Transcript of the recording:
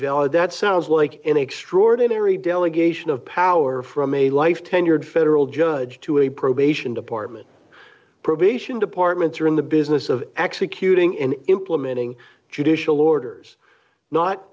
valid that sounds like an extraordinary delegation of power from a life tenured federal judge to a probation department probation departments are in the business of executing and implementing judicial orders not